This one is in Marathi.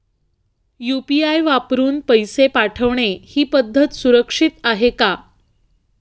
यु.पी.आय वापरून पैसे पाठवणे ही पद्धत सुरक्षित आहे का?